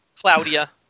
Claudia